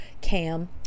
cam